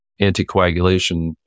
anticoagulation